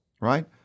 Right